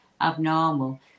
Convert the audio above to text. abnormal